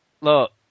look